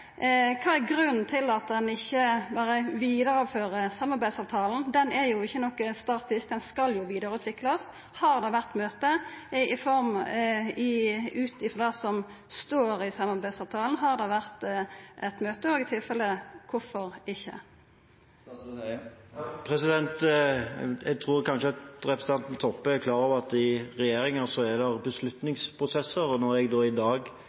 Kva er grunnen til at ein ikkje berre vidarefører samarbeidsavtalen? Han er jo ikkje noko statisk. Han skal vidareutviklast. Har det vore eit møte, som det står i samarbeidsavtalen at det skal vera? Viss det ikkje har vore eit møte – kvifor ikkje? Jeg tror kanskje at representanten Toppe er klar over at det i regjeringer er beslutningsprosesser, og når jeg i dag